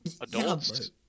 adults